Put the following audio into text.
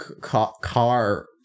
car